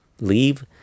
leave